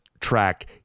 track